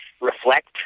reflect